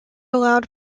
allowed